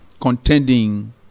contending